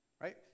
Right